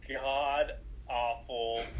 God-awful